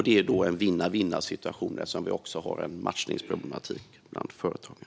Det är då en vinn-vinnsituation, eftersom det också finns en matchningsproblematik hos företagen.